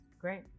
Great